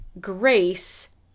grace